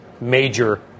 major